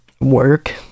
work